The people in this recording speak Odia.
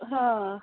ହଁ